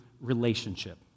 relationship